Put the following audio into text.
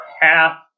half